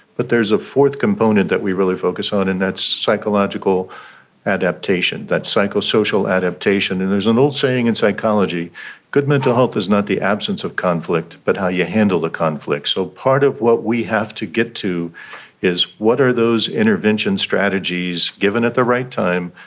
but there is a fourth component that we really focus on and that's psychological adaptation, that psychosocial adaptation. and there's an old saying in psychology good mental health is not the absence of conflict but how you handle the conflict. so part of what we have to get to is what are those intervention strategies, given at the right time.